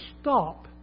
stop